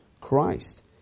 Christ